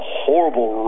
horrible